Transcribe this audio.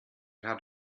had